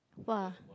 !wah!